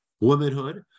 womanhood